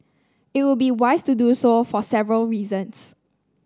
it would be wise to do so for several reasons